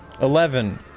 Eleven